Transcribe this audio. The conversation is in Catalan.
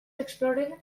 explorer